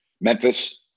Memphis